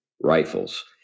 rifles